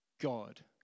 God